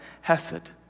Hesed